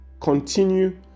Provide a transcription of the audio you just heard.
continue